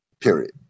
period